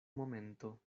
momento